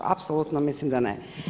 Apsolutno mislim da ne.